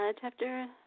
Chapter